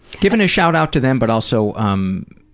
giving' a shout out to them but also um